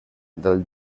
del